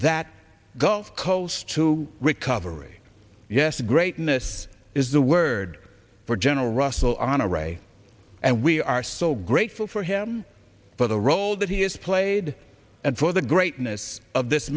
that gulf coast to recovery yes greatness is the word for general russell honore ray and we are so grateful for him for the role that he has played and for the greatness of this